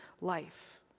life